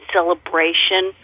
Celebration